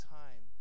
time